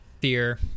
Fear